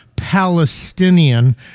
Palestinian